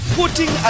putting